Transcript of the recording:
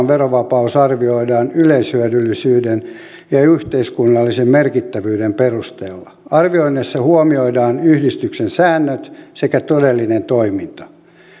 verovapaus arvioidaan yleishyödyllisyyden ja yhteiskunnallisen merkittävyyden perusteella arvioinneissa huomioidaan yhdistyksen säännöt sekä todellinen toiminta